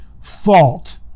fault